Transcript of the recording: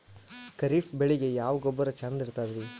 ಖರೀಪ್ ಬೇಳಿಗೆ ಯಾವ ಗೊಬ್ಬರ ಚಂದ್ ಇರತದ್ರಿ?